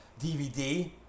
DVD